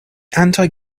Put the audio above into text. anti